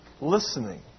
listening